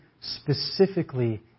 specifically